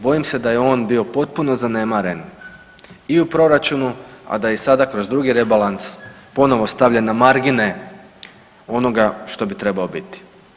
Bojim se da je on bio potpuno zanemaren i u proračunu, a da i sada kroz drugi rebalans ponovo stavljen na margine onoga što bi trebao biti.